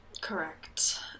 Correct